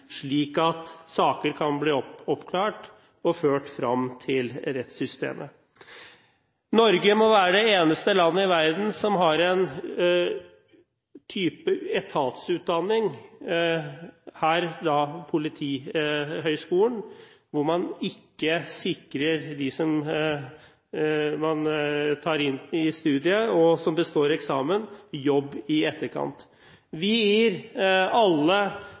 slik at saker kan bli oppklart og ført frem til rettssystemet. Norge må være det eneste landet i verden som har en type etatsutdanning – Politihøgskolen – hvor man ikke sikrer dem man tar inn i studiet, og som består eksamen, jobb i etterkant. Vi gir alle